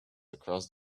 across